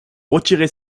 retirer